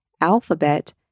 Alphabet